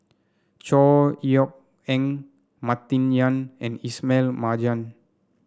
Chor Yeok Eng Martin Yan and Ismail Marjan